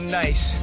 nice